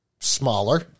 smaller